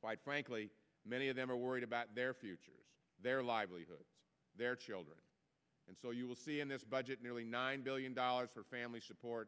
quite frankly many of them are worried about their futures their livelihood their children and so you will see in this budget nearly nine billion dollars for family support